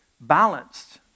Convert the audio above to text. balanced